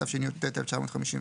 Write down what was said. התשי"ט-1959,